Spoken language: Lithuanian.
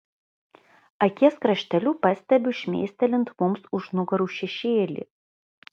akies krašteliu pastebiu šmėstelint mums už nugarų šešėlį